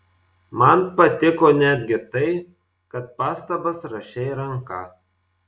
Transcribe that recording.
man patiko netgi tai kad pastabas rašei ranka